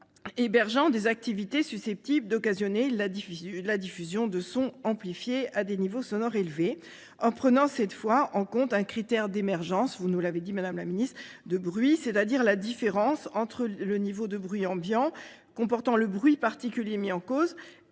hébergeant des activités susceptibles d'occasionner la diffusion de sons amplifiés à des niveaux sonores élevés en prenant cette fois en compte un critère d'émergence, vous nous l'avez dit Madame la Ministre, de bruit, c'est-à-dire la différence entre le niveau de bruit ambiant comportant le bruit particulier mis en cause